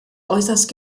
äußerst